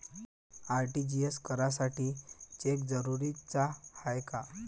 RTGS करासाठी cheque जरुरीचा हाय काय?